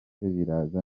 birasa